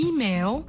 email